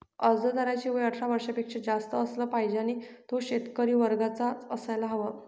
अर्जदाराचे वय अठरा वर्षापेक्षा जास्त असलं पाहिजे आणि तो शेतकरी वर्गाचा असायला हवा